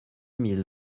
mille